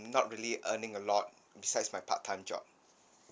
not really earning a lot besides my part-time job